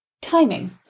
timing